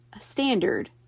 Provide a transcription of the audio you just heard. standard